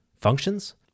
functions